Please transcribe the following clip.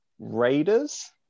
Raiders